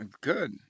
Good